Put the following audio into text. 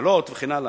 מחלות וכן הלאה.